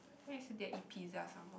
then yesterday I eat pizza some more